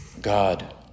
God